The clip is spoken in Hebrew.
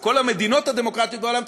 או כל המדינות הדמוקרטיות בעולם,